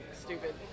stupid